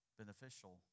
beneficial